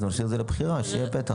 לכן זה יהיה לבחירה כדי שיהיה פתח.